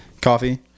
coffee